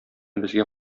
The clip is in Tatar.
безгә